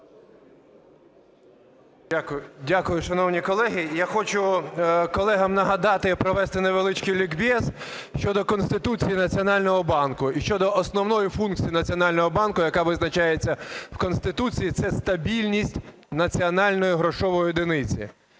Дякую. Шановні колеги, я хочу колегам нагадати, провести невеличкий лікбез щодо Конституції і Національного банку. І щодо основної функції Національного банку, яка визначається в Конституції – це стабільність національної грошової одиниці,